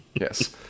Yes